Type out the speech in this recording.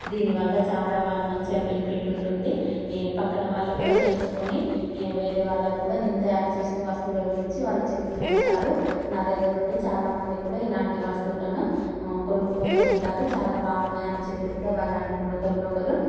దీనివల్ల చాలా బా మంచిగా బెనిఫిట్ ఉంటుంది పక్కన వాళ్ళు కూడా తెలుసుకొని వేరే వాళ్ళకు కూడా నేను తయారు చేసిన వస్తువుల గురించి వాళ్ళు చెప్తూ ఉంటారు నా దగ్గర నుండి చాలా మంది కూడా ఇలాంటి వస్తువులను కొనుక్కుంటూ ఉంటారు చాలా బాగున్నాయి అని చెప్పి కూడా వాళ్ళు అనుకుని ఒకరినొకరు